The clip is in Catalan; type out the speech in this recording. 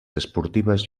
esportives